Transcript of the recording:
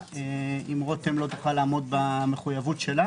אם רותם לא תוכל לעמוד במחויבות שלה